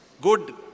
good